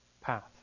path